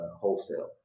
wholesale